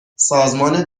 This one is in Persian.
سازمان